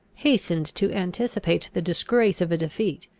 hastened to anticipate the disgrace of a defeat.